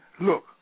look